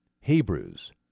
Hebrews